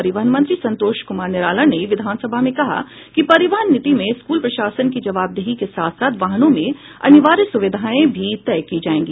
परिवहन मंत्री संतोष कुमार निराला ने विधान सभा में कहा कि परिवहन नीति में स्कूल प्रशासन की जबावदेही के साथ साथ वाहनों में अनिवार्य सुविधाएं भी तय की जायेगी